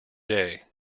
day